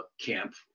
camp